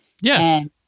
Yes